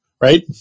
right